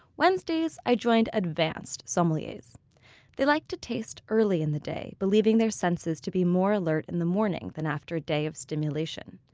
wednesdays, i joined advanced sommeliers they liked to taste early in the day, believing their senses to be more alert in the morning than after a day of stimulation.